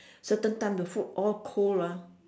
certain time the food all cold ah